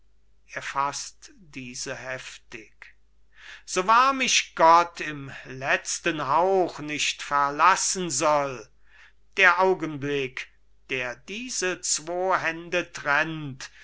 so wahr mich gott im letzten hauch nicht verlassen soll der augenblick der diese zwei hände trennt